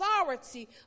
authority